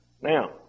Now